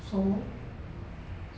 so